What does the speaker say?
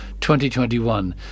2021